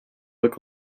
look